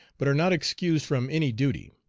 but are not excused from any duty.